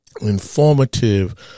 informative